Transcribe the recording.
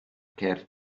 cerdd